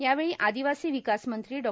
यावेळी आदिवासी विकास मंत्री डॉ